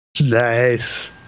Nice